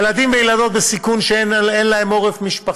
ילדים וילדות בסיכון, שאין להם עורף משפחתי,